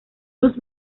sus